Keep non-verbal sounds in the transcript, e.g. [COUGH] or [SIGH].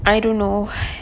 I don't know [BREATH]